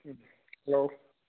hello